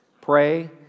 pray